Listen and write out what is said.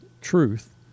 truth